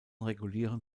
regulieren